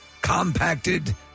compacted